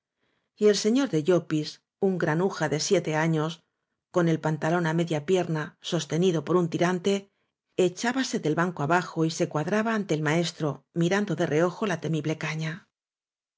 el señor de llopis un granuja de sieteaños con el pantalón á media pier na sostenido por un tirante echábase del banco abajo y se cuadraba ante el maestro miran do de reojo la temible caña